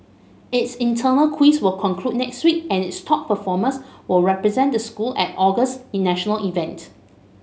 its internal quiz will conclude next week and its top performers will represent the school at August's national event